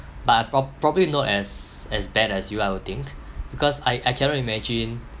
but I prob~ probably not as as bad as you I will think because I I cannot imagine